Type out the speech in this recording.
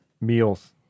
meals